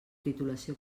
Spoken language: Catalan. titulació